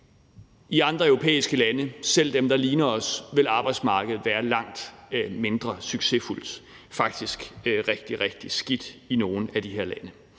I andre europæiske lande, selv dem, der ligner os, vil arbejdsmarkedet være langt mindre succesfuldt, faktisk rigtig, rigtig skidt i nogle af de her lande.